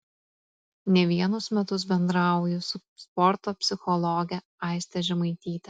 ne vienus metus bendrauju su sporto psichologe aiste žemaityte